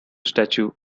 statue